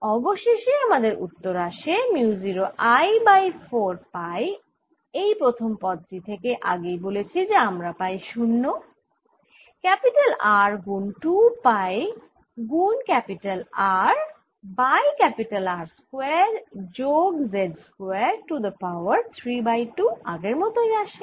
অবশেষে আমাদের উত্তর আসে মিউ 0 I বাই 4 পাই এই প্রথম পদ টি থেকে আগেই বলেছি যে আমরা পাই 0 R গুন 2 পাই গুন R বাই R স্কয়ার যোগ z square to the power 3 by 2 আগের মতই আসে